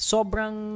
Sobrang